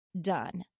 done